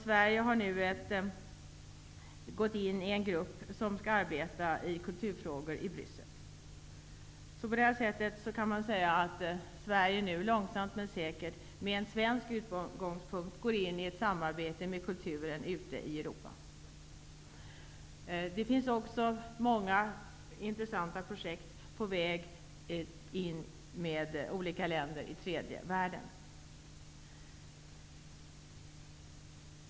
Sverige har gått in i en grupp som skall arbeta med kulturfrågorna i Bryssel. Man kan säga att Sverige på det här sättet långsamt men säkert, med en svensk utgångspunkt, går in i ett samarbete om kulturen ute i Europa. Det finns också många intressanta projekt på gång med olika länder i tredje världen.